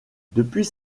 depuis